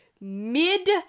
mid